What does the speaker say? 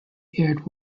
aired